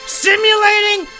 simulating